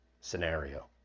scenario